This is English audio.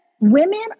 Women